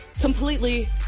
completely